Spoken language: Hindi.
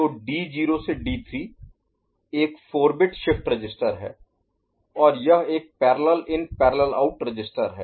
तो D0 से D3 एक 4 बिट शिफ्ट रजिस्टर है और यह एक parallel in parallel out register है